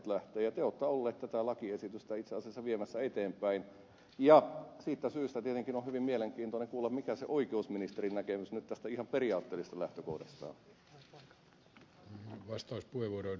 te olette ollut tätä lakiesitystä itse asiassa viemässä eteenpäin ja siitä syystä tietenkin on hyvin mielenkiintoinen kuulla mikä se oikeusministerin näkemys nyt tästä ihan periaatteellisesta lähtökohdasta on